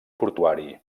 portuari